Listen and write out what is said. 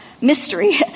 mystery